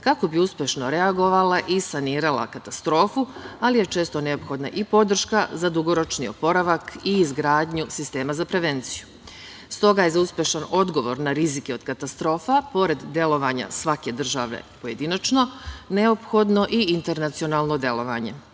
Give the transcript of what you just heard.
kako bi uspešno reagovala i sanirala katastrofu, ali je često neophodna i podrška za dugoročni oporavak i izgradnju sistema za prevenciju. Stoga je za uspešan odgovor na rizike od katastrofa, pored delovanja svake države pojedinačno, neophodno i internacionalno delovanje.